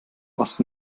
was